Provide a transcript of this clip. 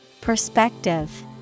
Perspective